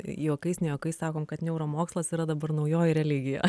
juokais ne juokais sakom kad neuromokslas yra dabar naujoji religija